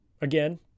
again